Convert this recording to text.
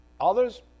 others